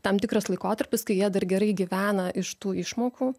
tam tikras laikotarpis kai jie dar gerai gyvena iš tų išmokų